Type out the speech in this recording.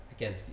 Again